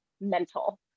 mental